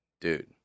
dude